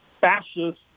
fascist